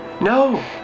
No